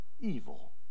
evil